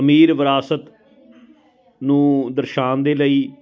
ਅਮੀਰ ਵਿਰਾਸਤ ਨੂੰ ਦਰਸਾਉਣ ਦੇ ਲਈ